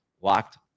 locked